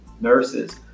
nurses